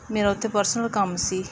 ਮੇਰਾ ਉੱਥੇ ਪਰਸਨਲ ਕੰਮ ਸੀ